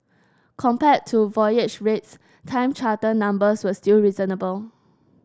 compared to voyage rates time charter numbers were still reasonable